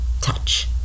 touch